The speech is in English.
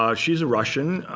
um she's a russian.